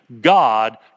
God